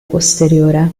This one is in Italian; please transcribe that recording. posteriore